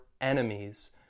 enemies